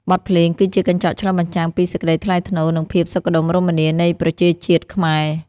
បទភ្លេងគឺជាកញ្ចក់ឆ្លុះបញ្ចាំងពីសេចក្ដីថ្លៃថ្នូរ និងភាពសុខដុមរមនានៃប្រជាជាតិខ្មែរ។